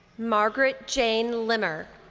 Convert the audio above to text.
margaret jane limmer.